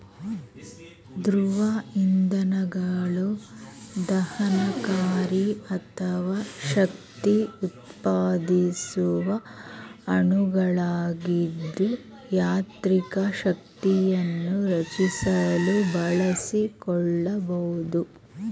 ದ್ರವ ಇಂಧನಗಳು ದಹನಕಾರಿ ಅಥವಾ ಶಕ್ತಿಉತ್ಪಾದಿಸುವ ಅಣುಗಳಾಗಿದ್ದು ಯಾಂತ್ರಿಕ ಶಕ್ತಿಯನ್ನು ರಚಿಸಲು ಬಳಸಿಕೊಳ್ಬೋದು